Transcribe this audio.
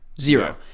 zero